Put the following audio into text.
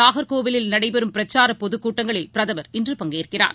நாகர்கோயிலில் நடைபெறும் பிரச்சாரபொதுக்கூட்டங்களில் மதுரைமற்றும் பிரதமர் இன்று பங்கேற்கிறார்